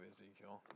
Ezekiel